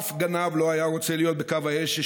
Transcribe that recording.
אף גנב לא היה רוצה להיות בקו האש של